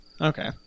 Okay